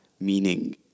meaning